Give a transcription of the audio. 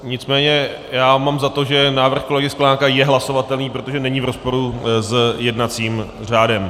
Nicméně mám za to, že návrh kolegy Sklenáka je hlasovatelný, protože není v rozporu s jednacím řádem.